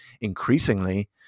increasingly